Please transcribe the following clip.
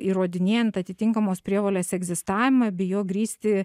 įrodinėjant atitinkamos prievolės egzistavimą bei juo grįsti